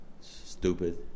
stupid